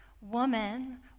woman